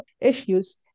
issues